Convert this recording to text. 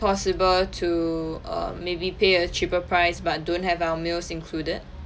possible to err maybe pay a cheaper price but don't have our meals included